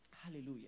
Hallelujah